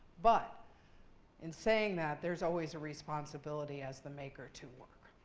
but in saying that, there's always a responsibility as the maker to